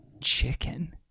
chicken